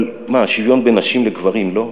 אבל מה, שוויון בין נשים לגברים לא?